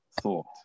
thought